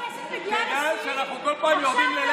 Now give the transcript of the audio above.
כל פעם הכנסת מגיעה לשיאים.